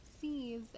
sees